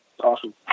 awesome